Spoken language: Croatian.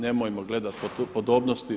Nemojmo gledati podobnosti.